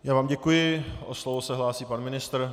Já vám děkuji, o slovo se hlásí pan ministr.